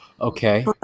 okay